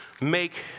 make